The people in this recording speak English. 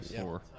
Four